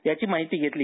याची माहिती घेतली